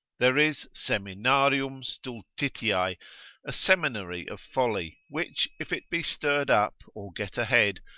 there is seminarium stultitiae, a seminary of folly, which if it be stirred up, or get ahead,